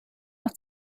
noch